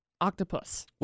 octopus